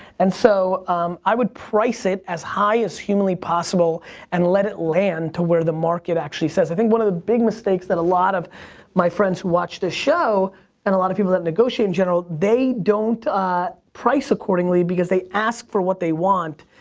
and so i would price it as high as humanly possible and let it land to where the market actually says. i think one of the big mistakes that a lot of my friends who watch this show and lot of people that negotiate in general, they don't price accordingly because they ask for what they want.